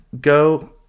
go